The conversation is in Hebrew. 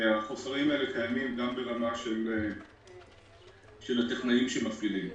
החוסרים האלה קיימים גם ברמה של טכנאים שמפעילים.